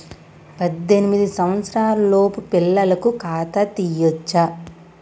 పద్దెనిమిది సంవత్సరాలలోపు పిల్లలకు ఖాతా తీయచ్చా?